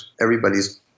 everybody's